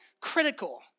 critical